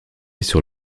sur